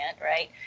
right